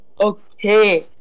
Okay